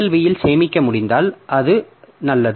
B இல் சேமிக்க முடிந்தால் அது நல்லது